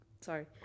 Sorry